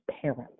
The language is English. parents